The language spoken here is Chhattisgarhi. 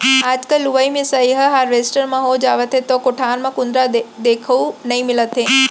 आजकल लुवई मिसाई ह हारवेस्टर म हो जावथे त कोठार म कुंदरा देखउ नइ मिलत हे